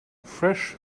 fresh